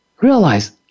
realize